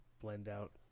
blend-out